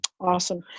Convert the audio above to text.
Awesome